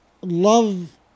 love